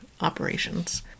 operations